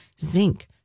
zinc